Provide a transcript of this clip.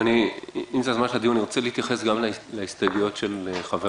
אני רוצה להתייחס גם להסתייגויות של חבריי.